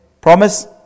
Promise